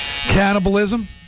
Cannibalism